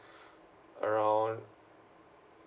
around